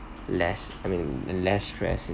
less I mean less stress